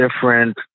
different